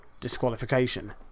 disqualification